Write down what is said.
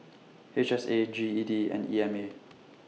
H S A G E D and E M A